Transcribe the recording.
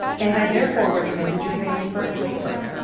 and i therefore recommended your family for a waiver.